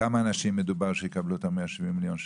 בכמה אנשים מדובר שיקבלו את ה-170 מיליון שקל?